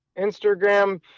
Instagram